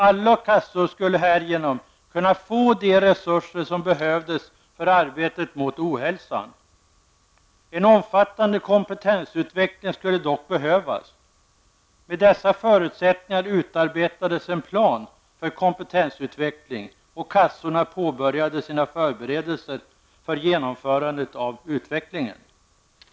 Alla kassor skulle härigenom kunna få de resurser som behövdes för arbetet mot ohälsan. En omfattande kompetensutveckling skulle dock behövas. Med dessa förutsättningar utarbetades en plan för kompetensutveckling, och kassorna påbörjade sina förberedelser för genomförande av utvecklingen.